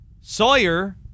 Sawyer